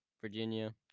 Virginia